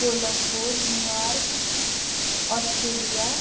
Colombo New York Australia